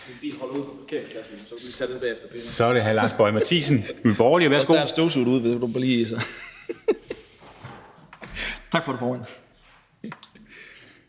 Så er det hr. Lars Boje Mathiesen. Værsgo.